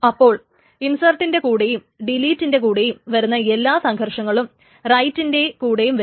അപ്പോൾ ഇൻസെർട്ടിന്റെ കൂടെയും ഡിലീറ്റിന്റെ കൂടെയും വരുന്ന എല്ലാ സംഘർഷങ്ങളും റൈറ്റിന്റെ കൂടെയും വരും